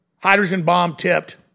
hydrogen-bomb-tipped